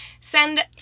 send